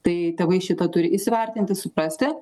tai tėvai šitą turi įsivertinti suprasti